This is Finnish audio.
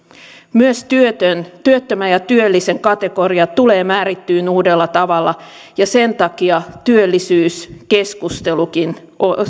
myös työttömän ja työllisen kategoria tulee määrittymään uudella tavalla ja sen takia työllisyyskeskustelukin